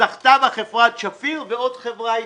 זכתה בה חברת "שפיר" ועוד חברה איטלקית.